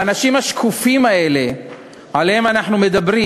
האנשים השקופים האלה שעליהם אנחנו מדברים